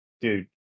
dude